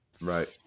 Right